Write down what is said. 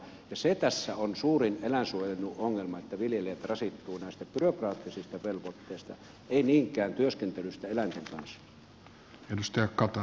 se tässä on suurin eläinsuojeluongelma että viljelivät rasittuvat näistä byrokraattisista velvoitteista ei niinkään työskentelystä eläinten kanssa